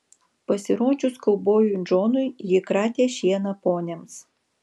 pasirodžius kaubojui džonui ji kratė šieną poniams